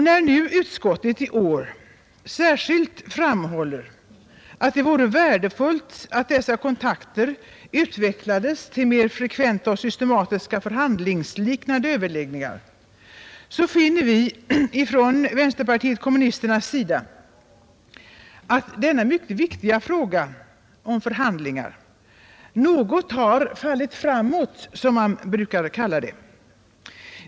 När utskottet nu i år särskilt framhåller att det vore värdefullt att dessa kontakter utvecklades till mera frekventa och systematiska förhandlingsliknande överläggningar, finner vi från vänsterpartiet kommunisternas sida att denna mycket viktiga fråga om förhandlingar har fallit något framåt, som man brukar kalla det.